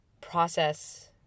process